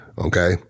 Okay